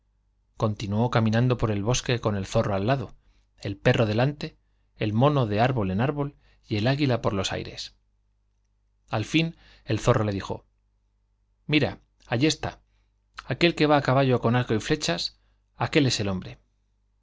continuó caminando por el bosque con el zorro al lado el perr o delante el mono de árbol en árbol y el águila por los aires al fin el zorro le dijo mira allí está aquel que va á caballo con arco y flechas aquél es el hombre